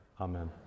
Amen